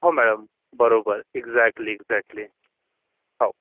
हो मॅडम बरोबर exactly exactly हो